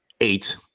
eight